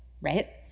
right